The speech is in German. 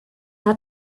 hat